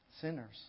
Sinners